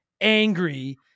angry